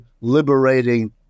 liberating